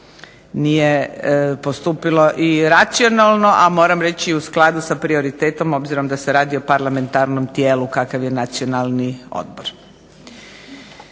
nije postupilo i racionalno, a moram reći i u skladu sa prioritetom obzirom da se radi o parlamentarnom tijelu kakav je Nacionalni odbor.